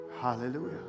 Hallelujah